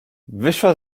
wyszła